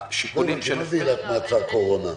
מה זה עילת מעצר קורונה?